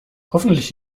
hoffentlich